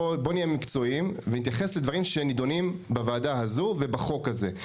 בוא נהיה מקצועיים ונתייחס לדברים שנידונים בוועדה הזאת ובחוק הזה.